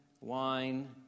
wine